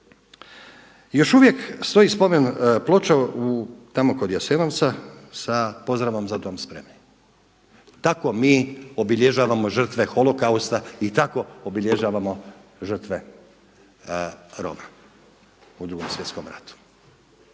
Još uvijek stoji spomen ploča tamo kod Jasenovca sa pozdravom „Za dom spremni“. Tako mi obilježavamo žrtve holokausta i tako obilježavamo žrtve Roma u Drugom svjetskom ratu.